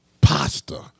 pasta